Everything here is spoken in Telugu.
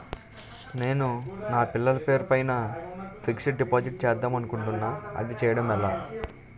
నేను నా పిల్లల పేరు పైన ఫిక్సడ్ డిపాజిట్ చేద్దాం అనుకుంటున్నా అది చేయడం ఎలా?